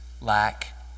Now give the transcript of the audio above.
lack